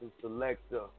selector